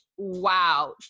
wow